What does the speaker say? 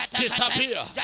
disappear